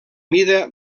mida